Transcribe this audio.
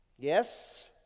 yes